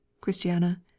CHRISTIANA